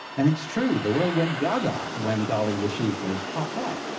and it's true, the world went gaga when dolly the sheep was popped out.